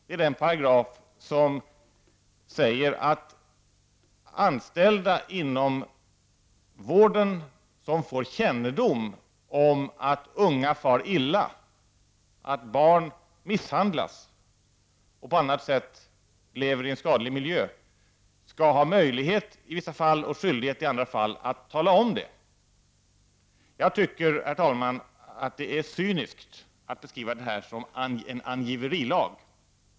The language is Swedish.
Det är den paragraf i socialtjänstlagen som säger att anställda inom vården som får kännedom om att unga far illa — att barn misshandlas eller på annat sätt lever i en skadlig miljö — skall ha möjlighet och i vissa fall skyldighet att tala om det. Jag tycker, herr talman, att det är cyniskt att beskriva detta som en angiverilag.